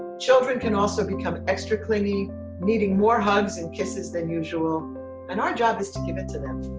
children can also become extra clingy needing more hugs and kisses than usual and our job is to give it to them.